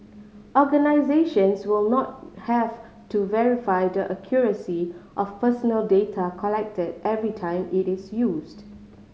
organisations will not have to verify the accuracy of personal data collected every time it is used